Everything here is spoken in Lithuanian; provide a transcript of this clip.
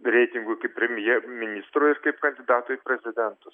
reitingui kaip premjer ministrui ir kaip kandidatui į prezidentus